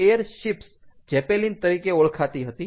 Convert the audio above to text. તો airships zeppelin તરીકે ઓળખાતી હતી